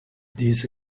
this